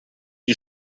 die